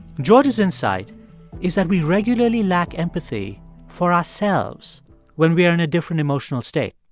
george's insight is that we regularly lack empathy for ourselves when we are in a different emotional state.